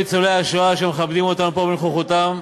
כבוד ניצולי השואה שמכבדים אותנו פה בנוכחותם,